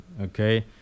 Okay